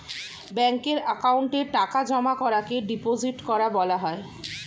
ব্যাঙ্কের অ্যাকাউন্টে টাকা জমা করাকে ডিপোজিট করা বলা হয়